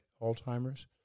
Alzheimer's